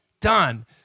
done